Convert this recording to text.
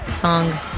song